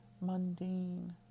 mundane